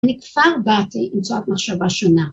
‫אני כבר באתי עם צורת מחשבה שונה.